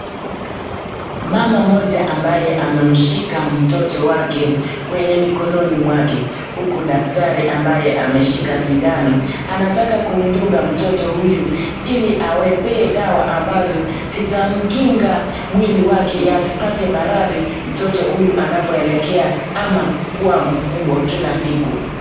Mama mmoja ambaye amemshika mtoto wake kwenye mikononi mwake huku daktari ambaye ameshika sindano anataka kumdunga mtoto huyu ili awapee dawa ambazo zitamkinga mwili wake yasipate maradhi mtoto huyu anapoelekea ama kuwa mkubwa kila siku.